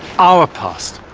our past,